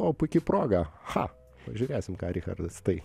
o puiki proga cha pažiūrėsim ką richardas į tai